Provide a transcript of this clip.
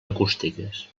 acústiques